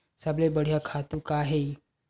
सबले बढ़िया खातु का हे?